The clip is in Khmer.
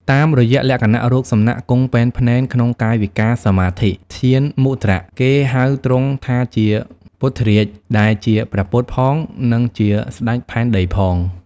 តាមរយៈលក្ខណៈរូបសំណាកគង់ពែនភ្នែនក្នុងកាយវិការសមាធិ (ធ្យានមុទ្រៈ) គេហៅទ្រង់ថាជា ពុទ្ធរាជ ដែលជាព្រះពុទ្ធផង និងជាស្តេចផែនដីផង។